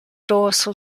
dorsal